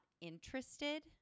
interested